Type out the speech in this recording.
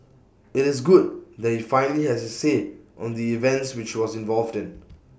IT is good that he finally has his say on the events which he was involved in